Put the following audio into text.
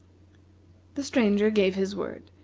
the stranger gave his word,